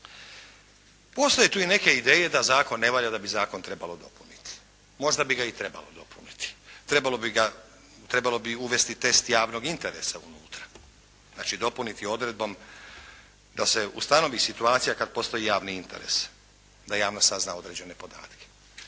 Postoje tu i neke ideje da zakon ne valja, da bi zakon trebalo dopuniti. Možda bi ga i trebalo dopuniti. Trebalo bi uvesti test javnog interesa unutra, znači dopuniti odredbom da se ustanovi situacija kad postoji javni interes da javnost sazna određene podatke,